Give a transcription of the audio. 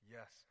Yes